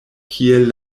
kiel